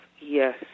yes